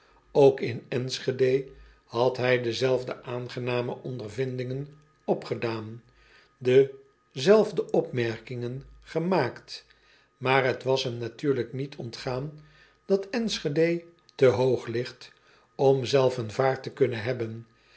ok in nschede had hij dezelfde aangename ondervindingen opgedaan dezelfde opmerkingen gemaakt maar het was hem natuurlijk niet ontgaan dat nschede te hoog ligt om zelf een vaart te kunnen hebben